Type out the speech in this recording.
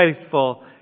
faithful